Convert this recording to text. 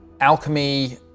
alchemy